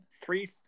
three